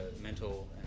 mental